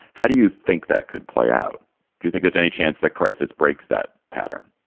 how do you think that could play out? do you think there's any chance that crisis breaks that pattern?